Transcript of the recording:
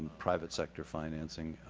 private sector financing,